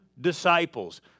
disciples